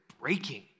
breaking